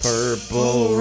Purple